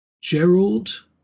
Gerald